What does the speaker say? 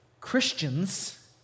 Christians